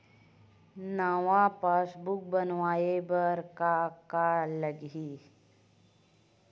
नवा पासबुक बनवाय बर का का लगही?